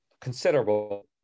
considerable